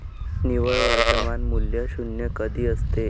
निव्वळ वर्तमान मूल्य शून्य कधी असते?